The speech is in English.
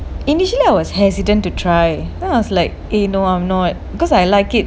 initially I was hesitant to try then I was like eh no I'm not because I like it